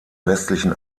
westlichen